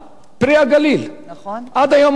עד היום אנחנו מתברברים ומתברברים,